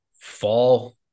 fall